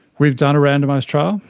we've done a randomised trial,